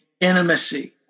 intimacy